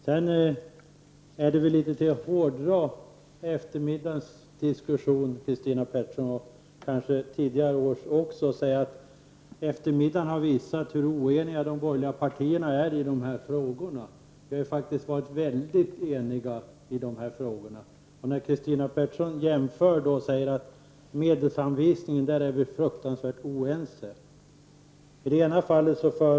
Det är väl att hårdra eftermiddagens diskussion, och kanske även förra årets, Christina Pettersson, att säga att eftermiddagen har visat hur oeniga de borgerliga partierna är i de här frågorna. Vi har ju faktiskt varit väldigt eniga i de här frågorna. Christina Pettersson jämför och säger att vi är fruktansvärt oense när det gäller medelsanvisningen.